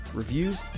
reviews